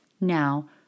Now